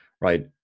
right